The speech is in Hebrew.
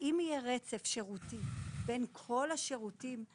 אם יהיה רצף שירותי בין כלל השירותים,